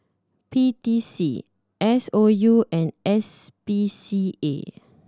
P T C S O U and S P C A